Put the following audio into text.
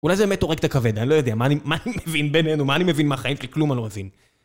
אולי זה באמת הורג את הכבד, אני לא יודע, מה אני מבין בינינו, מה אני מבין מהחיים, כי כלום אני לא מבין.